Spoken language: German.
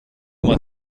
mal